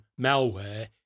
malware